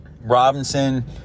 Robinson